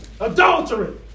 Adultery